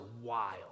wild